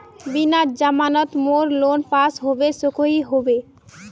बिना जमानत मोर लोन पास होबे सकोहो होबे?